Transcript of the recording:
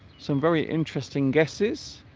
some very interesting guesses